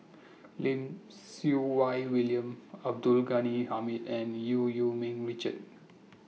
Lim Siew Wai William Abdul Ghani Hamid and EU EU Ming Richard